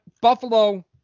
Buffalo